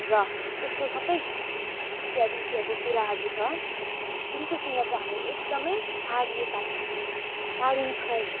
र यस्तो सबै इत्यादि इत्यादि कुराहरू छ जुन चाहिँ सँग चाहिँ हामी एकदमै टाडिएका छौँ टाडिन्छौँ